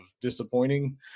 disappointing